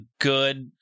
good